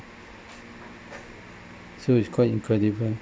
so it's quite incredible